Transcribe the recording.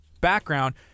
background